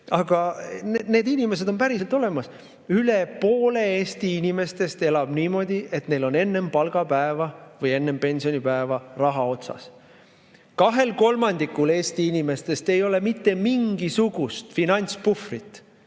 ma rääkisin,] on päriselt olemas. Üle poole Eesti inimestest elab niimoodi, et neil on enne palgapäeva või enne pensionipäeva raha otsas. Kahel kolmandikul Eesti inimestest ei ole mitte mingisugust finantspuhvrit,